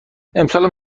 امسالم